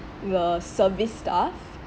your service staff